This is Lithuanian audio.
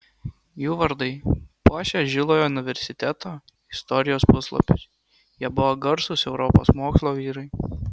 jų vardai puošia žilojo universiteto istorijos puslapius jie buvo garsūs europos mokslo vyrai